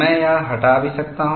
मैं यह हटा सकता हूं